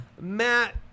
matt